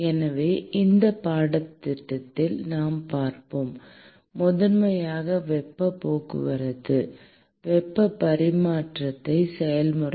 எனவே இந்த பாடத்திட்டத்தில் நாம் பார்ப்போம் முதன்மையாக வெப்ப போக்குவரத்து வெப்ப பரிமாற்ற செயல்முறை